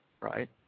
right